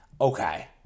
okay